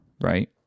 right